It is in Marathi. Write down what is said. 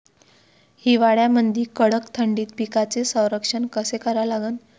हिवाळ्यामंदी कडक थंडीत पिकाचे संरक्षण कसे करा लागन?